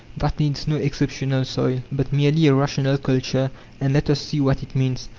that needs no exceptional soil, but merely a rational culture and let us see what it means.